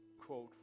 quote